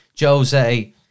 Jose